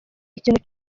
ikintu